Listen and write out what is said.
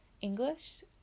English